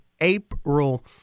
April